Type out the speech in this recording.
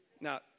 Now